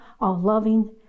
all-loving